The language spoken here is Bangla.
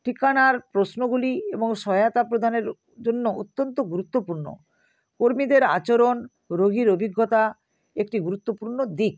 ঠিকানার প্রশ্নগুলি এবং সহায়তা প্রদানের জন্য অত্যন্ত গুরুত্বপূর্ণ কর্মীদের আচরণ রোগীর অভিজ্ঞতার একটি গুরুত্বপূর্ণ দিক